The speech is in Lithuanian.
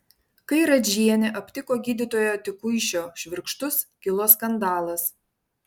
kai radžienė aptiko gydytojo tikuišio švirkštus kilo skandalas